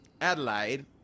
Adelaide